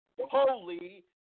Holy